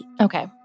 Okay